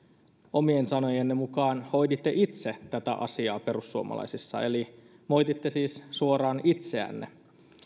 omien sanojenne mukaan hoiditte itse tätä asiaa perussuomalaisissa eli moititte siis suoraan itseänne